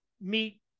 meet